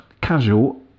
casual